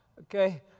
Okay